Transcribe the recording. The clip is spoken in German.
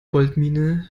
goldmine